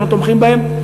שאנחנו תומכים בהם.